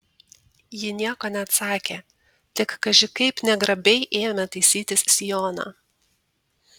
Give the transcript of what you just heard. ji nieko neatsakė tik kaži kaip negrabiai ėmė taisytis sijoną